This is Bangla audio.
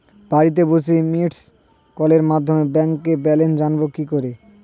বাড়িতে বসে মিসড্ কলের মাধ্যমে ব্যাংক ব্যালেন্স জানবো কি করে?